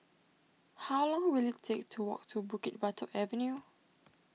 how long will it take to walk to Bukit Batok Avenue